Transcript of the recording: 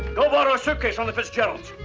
go borrow a suitcase from the fitzgeralds!